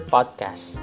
Podcast